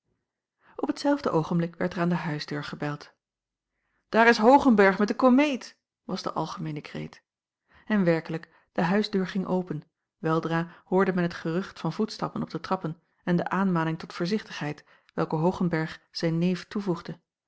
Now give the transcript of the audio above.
op hetzelfde oogenblik werd er aan de huisdeur gebeld daar is hoogenberg met de komeet was de algemeene kreet en werkelijk de huisdeur ging open weldra hoorde men het gerucht van voetstappen op de trappen en de aanmaning tot voorzichtigheid welke hoogenberg zijn neef toevoegde